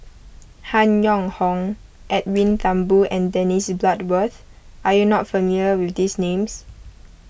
Han Yong Hong Edwin Thumboo and Dennis Bloodworth are you not familiar with these names